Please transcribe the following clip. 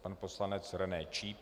Pan poslanec René Číp.